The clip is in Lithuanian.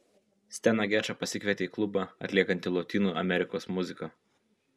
steną gečą pasikvietė į klubą atliekantį lotynų amerikos muziką